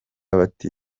bati